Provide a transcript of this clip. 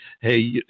hey